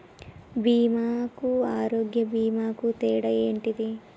బీమా కు ఆరోగ్య బీమా కు తేడా ఏంటిది?